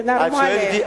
זה נורמלי.